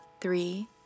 three